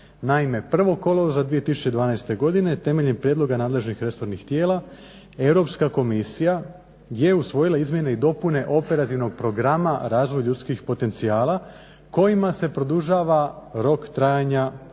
Naime, 1. kolovoza 2012. godine temeljem prijedloga nadležnih resornih tijela Europska komisija je usvojila izmjene i dopune operativnog Programa razvoj ljudskih potencijala kojima se produžava rok trajanja ovoga